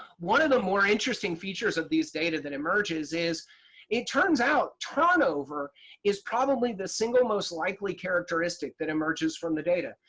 one of the more interesting features of these data that emerges is it turns out turnover is probably the single most likely characteristic that emerges from the data.